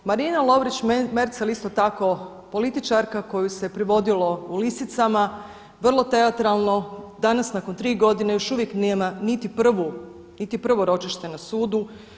Marina Lovrić Merzel isto tako političarka koju se privodilo u lisicama, vrlo teatralno, danas nakon 3 godine još uvijek nema niti prvo ročište na sudu.